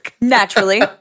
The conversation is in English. naturally